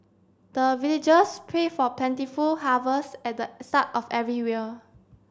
the villagers pray for plentiful harvest at the start of everywhere